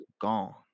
Gone